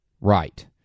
Right